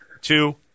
two